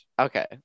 Okay